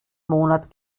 monat